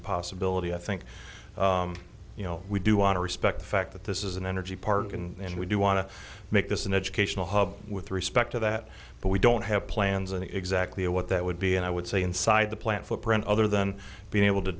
a possibility i think you know we do want to respect the fact that this is an energy park and we do want to make this an educational hub with respect to that but we don't have plans in exactly what that would be and i would say inside the plant footprint other than being able to